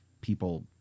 people